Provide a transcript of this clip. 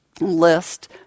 list